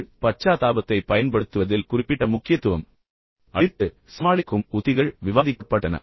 முடிவாக பச்சாத்தாபத்தைப் பயன்படுத்துவதில் குறிப்பிட்ட முக்கியத்துவம் அளித்து சமாளிக்கும் உத்திகள் பற்றியும் நான் உங்களுடன் பேசினேன்